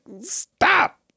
stop